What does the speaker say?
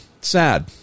sad